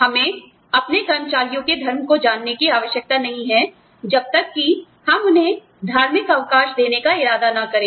हमें अपने कर्मचारियों के धर्म को जानने की आवश्यकता नहीं है जब तक कि हम उन्हें धार्मिक अवकाश देने का इरादा न करें